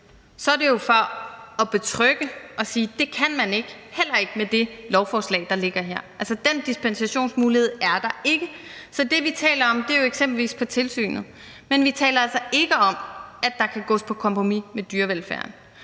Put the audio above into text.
så er det jo for at betrygge og sige, at det kan man ikke – heller ikke med det lovforslag, der ligger her. Altså, den dispensationsmulighed er der ikke. Så det, vi taler om, er jo eksempelvis tilsynet, men vi taler altså ikke om, at der kan gås på kompromis med dyrevelfærden.